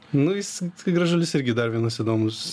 nu jis tai gražulis irgi dar vienas įdomus